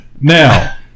Now